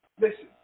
Listen